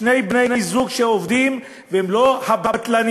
שני בני-זוג שעובדים, הם לא ה"בטלנים"